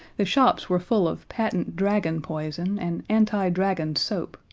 the shops were full of patent dragon poison and anti-dragon soap,